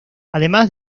además